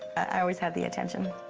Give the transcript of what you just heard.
i always had the attention.